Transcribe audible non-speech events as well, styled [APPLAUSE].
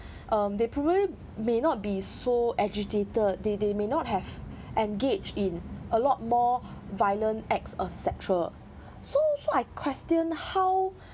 um they probably may not be so agitated they they may not have [BREATH] engaged in a lot more [BREATH] violent acts et cetera so so I question how [BREATH]